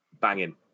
banging